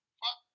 fuck